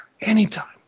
anytime